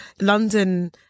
London